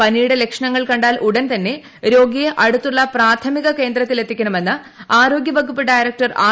പനിയുടെ ലക്ഷണങ്ങൾ കാൽ ഉടിൻ തന്നെ രോഗിയെ അടുത്തുള്ള പ്രാഥമിക കേന്ദ്രത്തിൽ എത്തിക്കണമെന്ന് ആരോഗ്യ വകുപ്പ് ഡയറക്ടർ ആർ